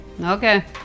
Okay